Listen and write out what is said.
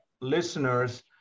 listeners